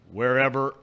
wherever